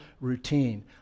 routine